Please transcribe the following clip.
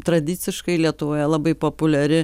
tradiciškai lietuvoje labai populiari